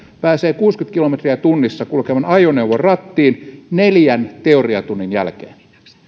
pääsee kuusikymmentä kilometriä tunnissa kulkevan ajoneuvon rattiin neljän teoriatunnin jälkeen